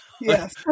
Yes